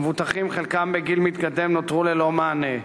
המבוטחים, חלקם בגיל מתקדם, נותרו ללא מענה.